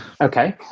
Okay